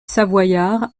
savoyard